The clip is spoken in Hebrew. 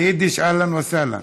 ביידיש: אהלן וסהלן,